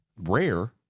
rare